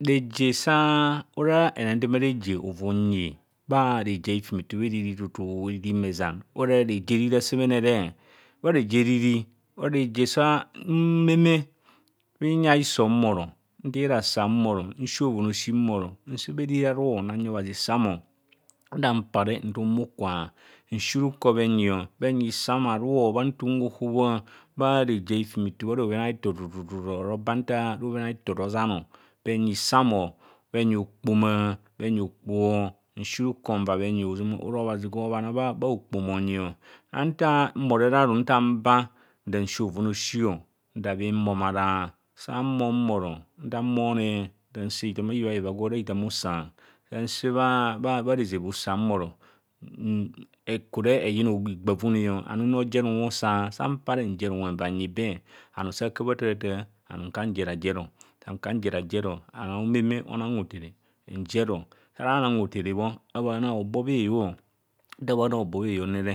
Reje sa ora henendeme a eje ora unyi bha rene a hifumelo bha erir tutu eriri ehumọ ẹzan, ora reje eriri a semene re. Bha reje eriri ora reje sa mmeme bhinya hiso mbhono nthii rasan mbhoro, nsi bhoven aosi mbhoro nse bha eriri aru nra nyi obhazi sam nta mpare nthum bhukwa, nsi ruko bhenyi, bhenyi sam aru bha nta unhohoa bha reje a hifume to bha robhen a- eto tutu tutu ohuma osi oba nta robhen a- tor rozan o. Bhenyi sam o, bhenyi ohokpoma bhenyi okpoho, nsi ruko nva bhenyi ozama ora obhazi gwe obhana bha hokpoma honyi. Nta mbhoro re aru nta mba nda nsi bhove aosi. nda bhimbhomara, sa mbhom moro nda mbhoone, nda se hithom a hiyubha hiiva gww ora hithom usa. Nda se bha bha rezeh usa sa mbhoro, ekure eyona higbaovone anum nra ojer unwe usa, sa mpare njer unwe nyi be. Bhanoo sa bhaku bho bhathaarathaa aunm nkubho njer a jer o. Sankubho njer a rejero onọọ omeme onang hothene njer o, sa ara anang hothene bho abhaana hobo bha heyoọ nta abhạạna hobo bha heyoọ nta abhaana hobo bhaa heyona re,